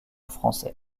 français